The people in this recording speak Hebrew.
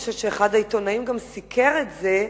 אני חושבת שאחד העיתונאים גם סיקר את זה: